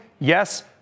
Yes